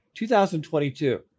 2022